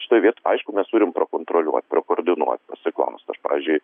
šitoj vietoj aišku mes turim prakontroliuot prakoordinuot pasiklaust aš pavyzdžiui